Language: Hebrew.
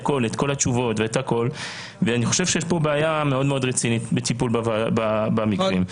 אני חושב שיש פה בעיה מאוד רצינית בטיפול במקרים האלה.